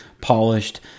polished